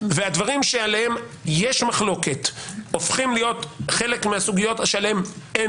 והדברים שעליהם יש מחלוקת הופכים להיות חלק מהסוגיות שעליהן אין